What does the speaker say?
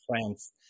France